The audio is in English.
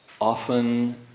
often